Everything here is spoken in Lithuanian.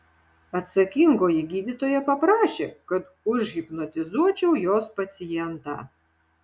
atsakingoji gydytoja paprašė kad užhipnotizuočiau jos pacientą